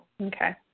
okay